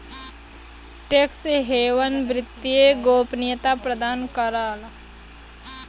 tax haven वित्तीय गोपनीयता प्रदान करला